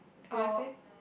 you want to say